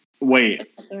Wait